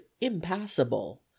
impassable